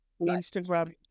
Instagram